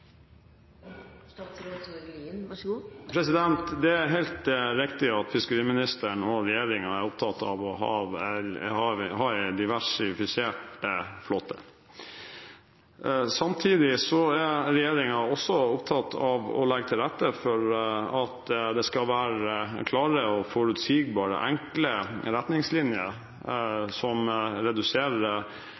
er opptatt av å ha en differensiert flåte. Samtidig er regjeringen også opptatt av å legge til rette for at det skal være klare, forutsigbare og enkle retningslinjer som reduserer